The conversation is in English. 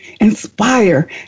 inspire